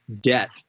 debt